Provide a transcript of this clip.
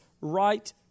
right